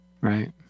Right